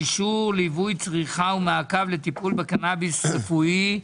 אישור, ליווי, צריכה ומעקב לטיפול בקנאביס רפואי.